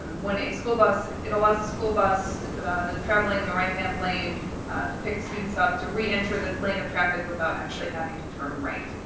when a school bus it allows the school bus ah is traveling in the right-hand lane to pick students up to reenter the lane of traffic without actually having to turn right.